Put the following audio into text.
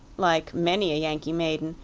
like many a yankee maiden,